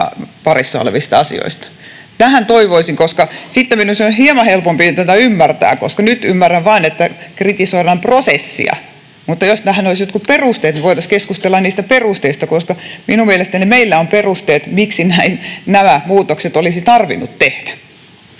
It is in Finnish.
piirissä olevista asioista. Tätä toivoisin, koska sitten minun olisi hieman helpompi tätä ymmärtää, koska nyt ymmärrän vain, että kritisoidaan prosessia, mutta jos tähän olisi jotkut perusteet, niin voitaisiin keskustella niistä perusteista. Mielestäni meillä on perusteet, miksi nämä muutokset olisi tarvinnut tehdä.